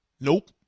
Nope